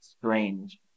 strange